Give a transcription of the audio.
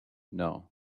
know